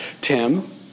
Tim